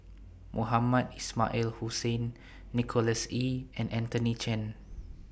Mohamed Ismail Hussain Nicholas Ee and Anthony Chen